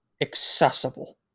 accessible